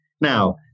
Now